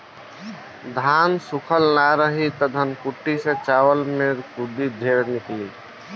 धान सूखल ना रही त धनकुट्टी से चावल में खुद्दी ढेर निकली